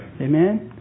Amen